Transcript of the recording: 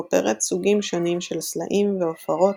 בו פירט סוגים שונים של סלעים ועפרות,